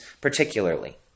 particularly